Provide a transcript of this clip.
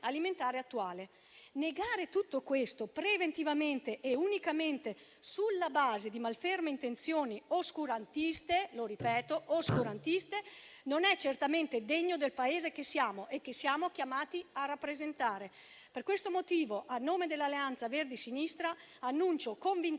Aurora). Negare tutto questo preventivamente e unicamente sulla base di malferme intenzioni oscurantiste - lo ripeto, oscurantiste - non è certamente degno del Paese che siamo e che siamo chiamati a rappresentare. Per questo motivo, a nome dell'Alleanza Verdi e Sinistra, annuncio convintamente